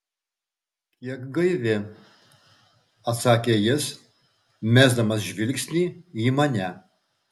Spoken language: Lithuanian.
kiek gaivi atsakė jis mesdamas žvilgsnį į mane